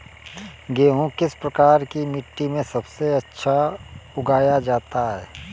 गेहूँ किस प्रकार की मिट्टी में सबसे अच्छा उगाया जाता है?